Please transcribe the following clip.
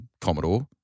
Commodore